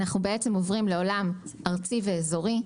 אנחנו עוברים לעולם ארצי ואזורי.